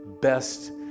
best